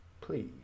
Please